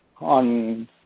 on